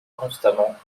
constamment